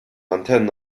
antennen